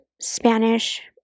Spanish